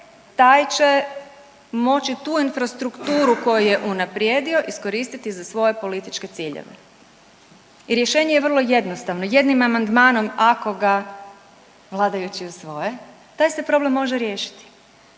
taj će moći tu infrastrukturu koju je unaprijedio iskoristiti za svoje političke ciljeve i rješenje je vrlo jednostavno, jednim amandmanom ako ga vladajući usvoje taj se problem može riješiti.